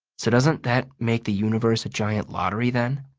so doesn't that make the universe a giant lottery, then?